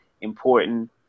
important